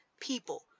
people